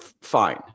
fine